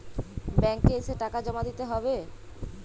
Bank এ এসে টাকা জমা দিতে হবে?